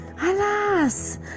Alas